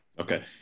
Okay